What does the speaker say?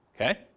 Okay